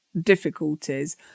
difficulties